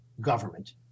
government